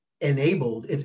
enabled